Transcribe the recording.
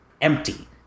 empty